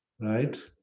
right